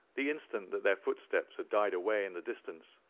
the instant that their footsteps had died away in the distance,